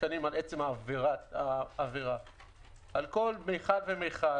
שקלים על עצם העבירה; על כל מיכל ומיכל,